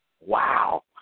Wow